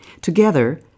Together